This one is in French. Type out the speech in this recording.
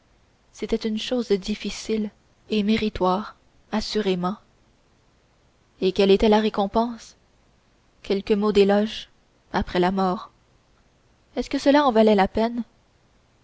c'était une chose difficile et méritoire assurément et quelle était la récompense quelques mots d'éloge après la mort est-ce que cela en valait la peine